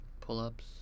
pull-ups